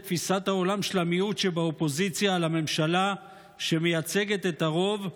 תפיסת העולם של המיעוט שבאופוזיציה לממשלה שמייצגת את הרוב,